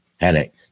headache